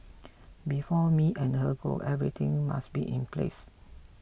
before me and her go everything must be in place